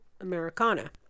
Americana